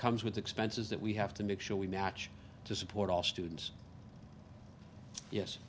comes with expenses that we have to make sure we match to support all students yes